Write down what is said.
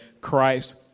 Christ